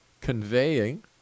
conveying